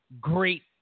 great